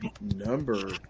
Number